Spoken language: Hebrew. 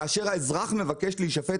כאשר האזרח מבקש להישפט,